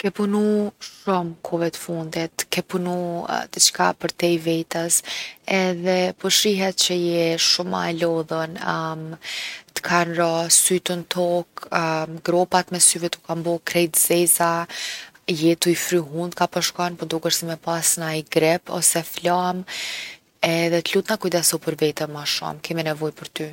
Ke punu shumë kohve t’fundit, ke punu diçka përtej vetes edhe po shihet që je shumë ma e lodhun t’kan ra sytë n’toke gropat mes syve tu kan bo krejt t’zeza, je tu i fry hunt ka po shkon po dokesh si me pas naj grip ose flamë. Edhe t’lutna kujdesu për veten ma shumë, kemi nevojë për ty.